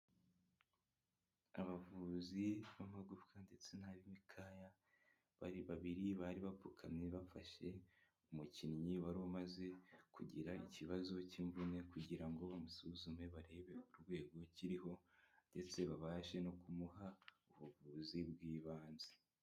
Abavuzi b'amagufa ndetse n'ab'imikaya bari babiri bari bapfukamye bafashe umukinnyi wari umaze kugira ikibazo cy'imvune kugira ngo bamusuzume barebe urwego kiriho ndetse babashe no kumuha ubuvuzi bw'ibanze.